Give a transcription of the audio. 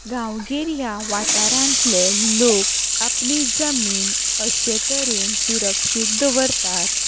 गांवगीर ह्या वाठारांतले लोक आपली जमीन अशे तरेन सुरक्षीत दवरतात